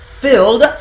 filled